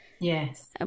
Yes